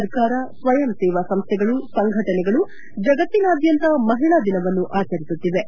ಸರ್ಕಾರ ಸ್ವಯಂ ಸೇವಾ ಸಂಸ್ಥೆಗಳು ಸಂಘಟನೆಗಳು ಜಗತ್ತಿನಾದ್ಯಂತ ಮಹಿಳಾ ದಿನವನ್ನು ಆಚರಿಸುತ್ತಿವೆ